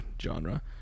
genre